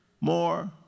more